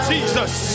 Jesus